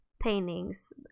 paintings